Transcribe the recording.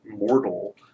mortal